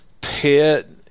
pit